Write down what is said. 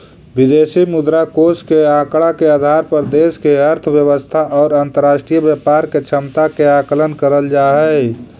विदेशी मुद्रा कोष के आंकड़ा के आधार पर देश के अर्थव्यवस्था और अंतरराष्ट्रीय व्यापार के क्षमता के आकलन करल जा हई